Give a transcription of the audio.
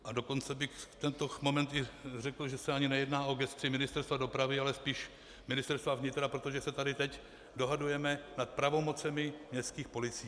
A dokonce bych v tento moment i řekl, že se ani nejedná o gesci Ministerstva dopravy, ale spíš Ministerstva vnitra, protože se tady teď dohadujeme nad pravomocemi městských policií.